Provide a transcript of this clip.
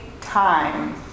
time